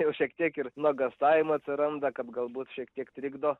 jau šiek tiek ir nuogąstavimų atsiranda kad galbūt šiek tiek trikdo